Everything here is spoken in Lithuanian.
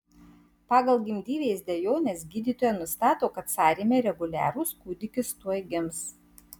pagal gimdyvės dejones gydytoja nustato kad sąrėmiai reguliarūs kūdikis tuoj gims